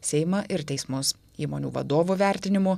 seimą ir teismus įmonių vadovų vertinimu